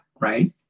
right